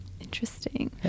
Interesting